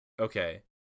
okay